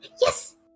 Yes